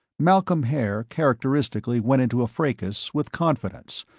malcolm haer characteristically went into a fracas with confidence,